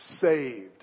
saved